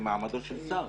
במעמדו של שר.